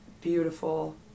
beautiful